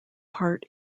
part